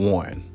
one